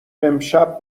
امشب